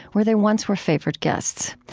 where they once were favored guests.